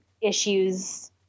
issues